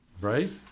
Right